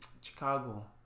Chicago